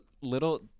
little